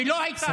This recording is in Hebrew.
ולא הייתה הצבעה.